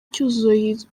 cyuzuzo